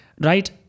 right